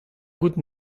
gouzout